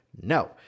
No